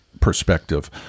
perspective